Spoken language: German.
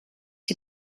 die